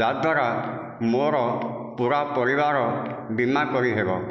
ଯଦ୍ଦ୍ଵାରା ମୋର ପୂରା ପରିବାରର ବୀମା କରିହେବ